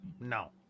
No